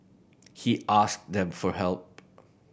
he asked them for help